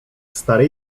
stary